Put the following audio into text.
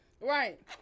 Right